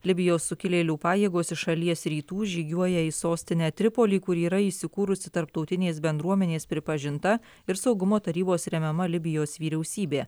libijos sukilėlių pajėgos iš šalies rytų žygiuoja į sostinę tripolį kur yra įsikūrusi tarptautinės bendruomenės pripažinta ir saugumo tarybos remiama libijos vyriausybė